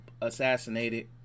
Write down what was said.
assassinated